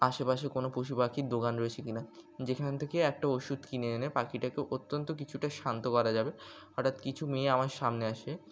আশেপাশে কোনো পশু পাখির দোকান রয়েছে কি না যেখান থেকে একটা ওষুধ কিনে এনে পাখিটাকে অন্তত কিছুটা শান্ত করা যাবে হঠাৎ কিছু মেয়ে আমার সামনে আসে